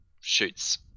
shoots